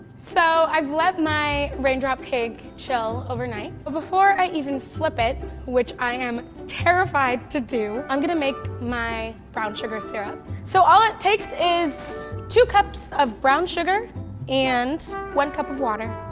so, i've let my rain drop cake chill overnight, but before i even flip it, which i am terrified to do, i'm gonna make my brown sugar syrup. so all it takes is two cups of brown sugar and one cup of water.